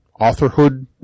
authorhood